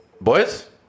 Boys